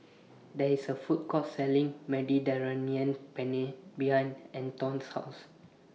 There IS A Food Court Selling Mediterranean Penne behind Anton's House